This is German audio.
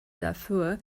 dafür